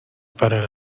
para